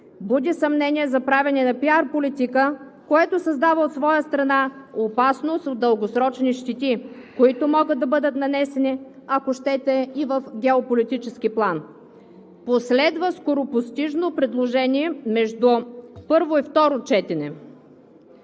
буди съмнение за правене на пиар политика, което създава, от своя страна, опасност от дългосрочни щети, които могат да бъдат нанесени, ако щете и в геополитически план. Последва скоропостижно предложение между първо и второ четене.